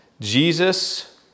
Jesus